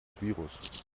virus